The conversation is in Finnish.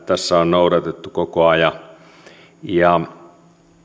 tässä on noudatettu koko ajan ja ja